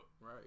right